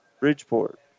Bridgeport